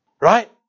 Right